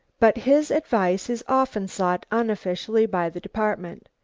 but his advice is often sought unofficially by the department,